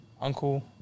Uncle